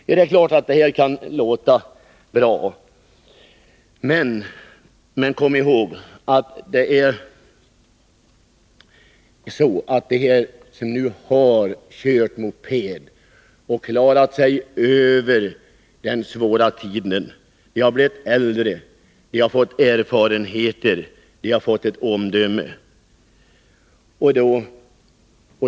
Det är klart att det kan låta konstigt med denna skillnad, men kom ihåg att de som har kört moped och klarat den svåra första tiden nu har blivit äldre och fått erfarenheter och ett bättre omdöme.